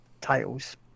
titles